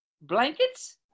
Blankets